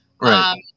Right